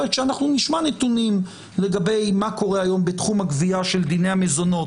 וכשאנחנו נשמע נתונים לגבי מה קורה היום בתחום הגבייה של דיני המזונות